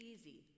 easy